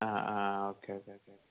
ആ ആ okay okay okay ഓ